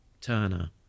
turner